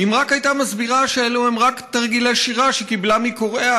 אם רק הייתה מסבירה שאלו הם רק תרגילי שירה / שקיבלה מקוראיה,